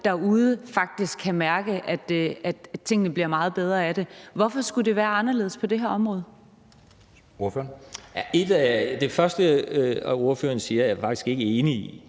derude faktisk kan mærke, at tingene bliver meget bedre af det. Hvorfor skulle det være anderledes på det her område? Kl. 10:23 Anden næstformand (Jeppe Søe): Ordføreren.